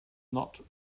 not